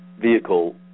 vehicle